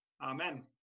Amen